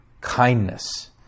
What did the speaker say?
kindness